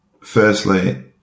firstly